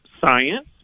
science